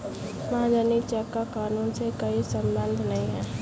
महाजनी चेक का कानून से कोई संबंध नहीं है